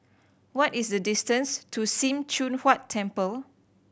what is the distance to Sim Choon Huat Temple